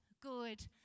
good